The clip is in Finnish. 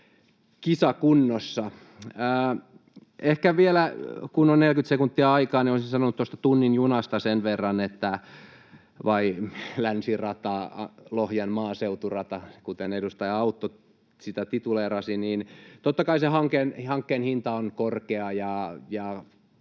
kisakunnossa. Ehkä vielä, kun on 40 sekuntia aikaa, niin olisin sanonut tuosta tunnin junasta sen verran — vai länsirata, Lohjan maaseuturata, kuten edustaja Autto sitä tituleerasi — että totta kai se hankkeen hinta on korkea ja